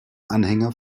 anhänger